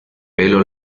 pelo